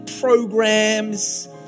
programs